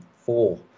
four